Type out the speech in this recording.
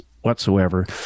whatsoever